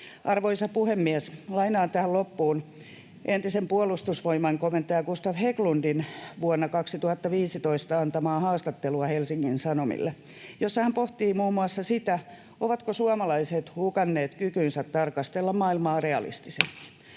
Arvoisa puhemies! Lainaan tähän loppuun entisen Puolustusvoimain komentajan Gustav Hägglundin vuonna 2015 antamaa haastattelua Helsingin Sanomille, jossa hän pohtii muun muassa sitä, ovatko suomalaiset hukanneet kykynsä tarkastella maailmaa realistisesti.